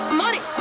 money